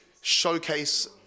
showcase